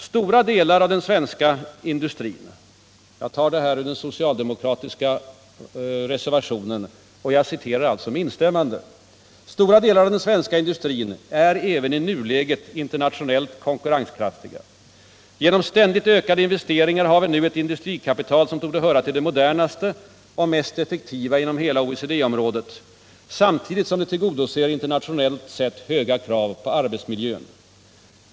”Stora delar av den svenska industrin” — och här citerar jag med klart instämmande den socialdemokratiska reservationen — ”är även i nuläget internationellt konkurrenskraftiga. Genom ständigt ökade investeringar har vi nu ett industrikapital som torde höra till det modernaste och mest effektiva inom hela OECD-området samtidigt som det tillgodoser internationellt sett höga krav på arbetsmiljön.